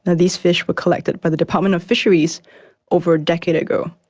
these fish were collected by the department of fisheries over a decade ago,